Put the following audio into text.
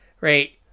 right